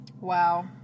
Wow